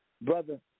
Brother